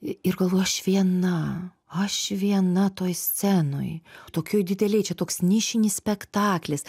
ir galvoju už vieną aš viena toj scenoj tokioj didelėj čia toks nišinis spektaklis